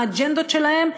האג'נדות שלהם,